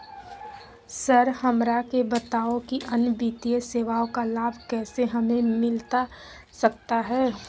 Sir हमरा के बताओ कि अन्य वित्तीय सेवाओं का लाभ कैसे हमें मिलता सकता है?